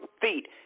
feet